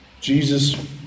Jesus